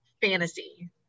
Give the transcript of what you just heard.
fantasy